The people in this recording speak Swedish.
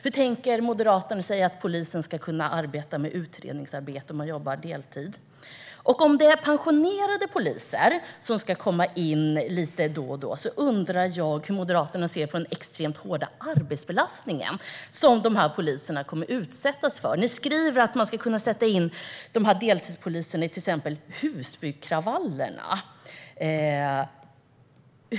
Hur tänker sig Moderaterna att polisen ska kunna arbeta med utredningar om man jobbar deltid? Och om det är pensionerade poliser som ska komma in lite då och då undrar jag hur Moderaterna ser på den extremt hårda arbetsbelastning de kommer att utsättas för. Ni skriver att man ska kunna sätta in dessa deltidspoliser vid händelser som Husbykravallerna.